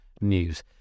news